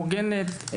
הוגנת,